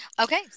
Okay